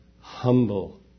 humble